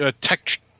tech